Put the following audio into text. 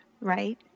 Right